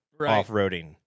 off-roading